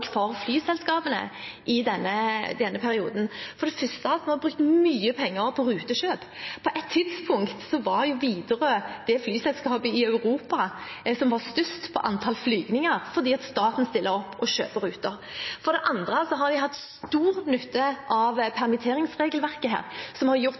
for flyselskapene i denne perioden. For det første har vi brukt mye penger på rutekjøp. På et tidspunkt var Widerøe det flyselskapet i Europa som var størst på antall flyvninger fordi staten stiller opp og kjøper ruter. For det andre har de hatt stor nytte av permitteringsregelverket, som har gjort